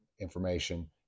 information